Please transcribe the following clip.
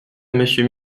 monsieur